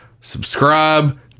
subscribe